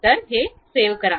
तर सेव्ह करा